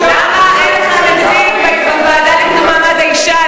למה אין לכם נציג בוועדה לקידום מעמד האישה?